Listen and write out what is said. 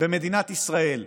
במדינת ישראל,